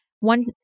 One